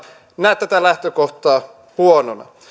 näe tätä lähtökohtaa huonona